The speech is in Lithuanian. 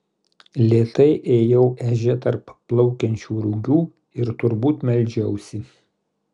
lėtai ėjau ežia tarp plaukiančių rugių ir turbūt meldžiausi